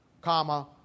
Comma